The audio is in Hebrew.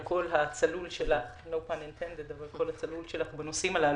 לקול הצלול שלך בנושאים הללו.